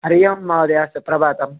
हरि ओम् महोदय सुप्रभातम्